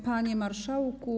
Panie Marszałku!